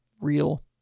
real